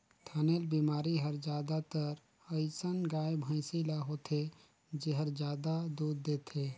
थनैल बेमारी हर जादातर अइसन गाय, भइसी ल होथे जेहर जादा दूद देथे